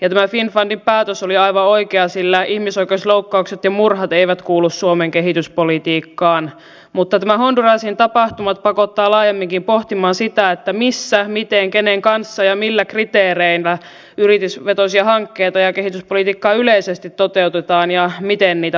tämä finnfundin päätös oli aivan oikea sillä ihmisoikeusloukkaukset ja murhat eivät kuulu suomen kehityspolitiikkaan mutta nämä hondurasin tapahtumat pakottavat laajemminkin pohtimaan sitä missä miten kenen kanssa ja millä kriteereillä yritysvetoisia hankkeita ja kehityspolitiikkaa yleisesti toteutetaan ja miten niitä valvotaan